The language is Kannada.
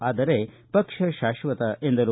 ಆದರೆ ಪಕ್ಷ ಶಾಶ್ವತ ಎಂದರು